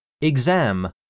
Exam